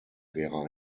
wäre